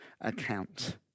account